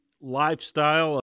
lifestyle